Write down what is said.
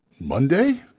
Monday